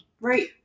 Right